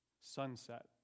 sunset